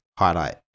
highlight